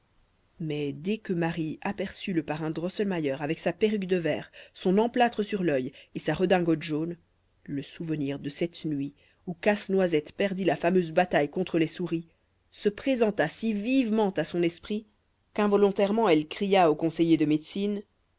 mais dès que marie aperçut le parrain drosselmayer avec sa perruque de verre son emplâtre sur l'œil et sa redingote jaune le souvenir de cette nuit où casse-noisette perdit la fameuse bataille contre les souris se présenta si vivement à son esprit qu'involontairement elle cria au conseiller de médecine